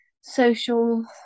social